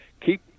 keep